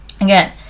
Again